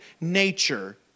nature